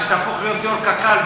כשתהפוך להיות יו"ר קק"ל,